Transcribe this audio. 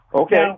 Okay